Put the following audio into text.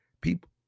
People